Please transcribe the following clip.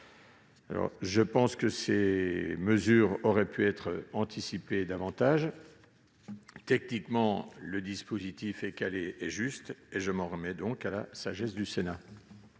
bénéficiaires. Ces mesures auraient pu être anticipées davantage. Techniquement, le dispositif est calé et juste. Je m'en remets donc à la sagesse du Sénat.